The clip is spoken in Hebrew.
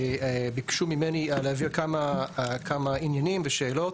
ביקשו ממני להבהיר עניינים ושאלות.